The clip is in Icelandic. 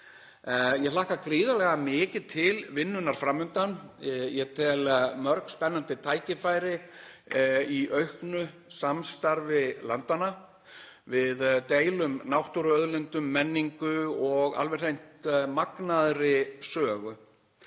Ég hlakka gríðarlega mikið til vinnunnar fram undan. Ég tel mörg spennandi tækifæri í auknu samstarfi landanna. Við deilum náttúruauðlindum, menningu og alveg hreint magnaðri sögu.